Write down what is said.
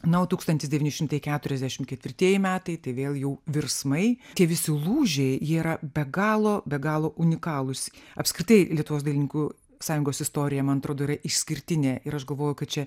na o tūkstantis devyni šimtai keturiasdešimt ketvirtieji metai tai vėl jų virsmai tie visi lūžiai jie yra be galo be galo unikalūs apskritai lietuvos dailininkų sąjungos istorija man atrodo yra išskirtinė ir aš galvoju kad čia